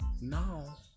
now